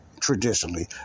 Traditionally